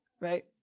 Right